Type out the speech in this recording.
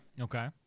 okay